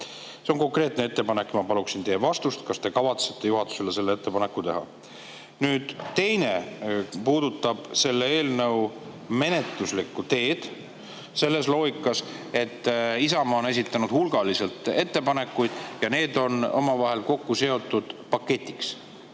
See on konkreetne ettepanek. Ma paluksin teie vastust. Kas te kavatsete juhatusele selle ettepaneku teha? Nüüd, teine puudutab selle eelnõu menetluslikku teed. Isamaa on esitanud hulgaliselt ettepanekuid ja need on omavahel kokku seotud paketiks.